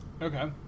Okay